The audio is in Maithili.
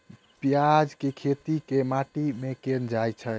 प्याज केँ खेती केँ माटि मे कैल जाएँ छैय?